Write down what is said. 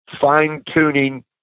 fine-tuning